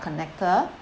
connector